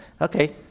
okay